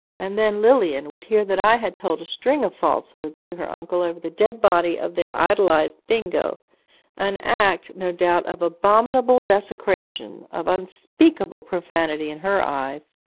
and then lilian would hear that i had told a string of falsehoods to her uncle over the dead body of their idolised bingo an act, no doubt, of abominable desecration, of unspeakable profanity in her eyes!